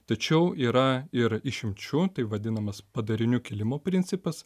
tačiau yra ir išimčių tai vadinamas padarinių kėlimo principas